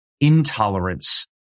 intolerance